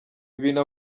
ibintu